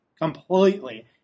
completely